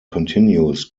continues